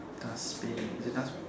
dustbin is it dustbin